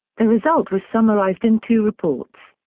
the result was summarized in two reports.